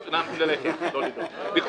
עבד אל חכים חאג' יחיא (הרשימה המשותפת): אנחנו נלך ביחד,